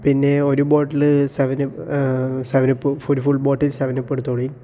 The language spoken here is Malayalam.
പിന്നെ ഒരു bottle seven up seven up ഒരു ഫുൾ ബോട്ടിൽ സെവൻ അപ്പ് എടുത്തോളീ